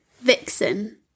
Vixen